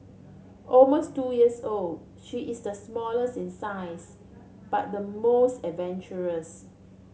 almost two years old she is the smallest in size but the most adventurous